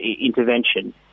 intervention